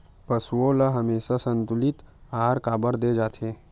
पशुओं ल हमेशा संतुलित आहार काबर दे जाथे?